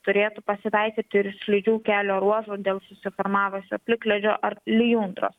turėtų pasitaikyti ir slidžių kelio ruožų dėl susiformavusio plikledžio ar lijundros